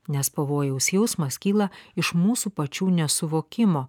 nes pavojaus jausmas kyla iš mūsų pačių nesuvokimo